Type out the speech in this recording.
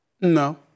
No